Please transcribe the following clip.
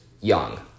young